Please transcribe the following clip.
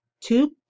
two